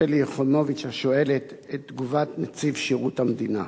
שלי יחימוביץ השואלת את תגובת נציב שירות המדינה: